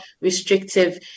restrictive